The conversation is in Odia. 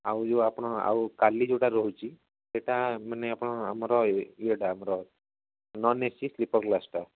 ଆଉ ଯେଉଁ ଆଉ ଆପଣ କାଲି ଯେଉଁଟା ରହୁଛି ସେଇଟା ମାନେ ଆପଣ ଆମର ଇଏଟା ଆମର ନନ୍ଏସି ସ୍ଲିପର କ୍ଲାସ୍ଟା